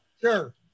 Sure